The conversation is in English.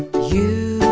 you